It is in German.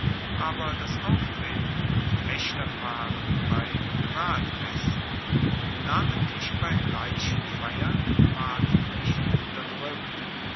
aber das auftreten von fechterpaaren bei privatfesten namentlich bei leichenfeiern ward nicht unterdrueckt